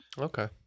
Okay